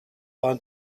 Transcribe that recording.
van